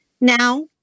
now